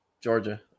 Georgia